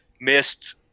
missed